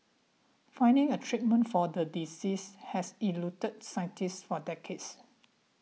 finding a treatment for the disease has eluded scientists for decades